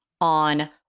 on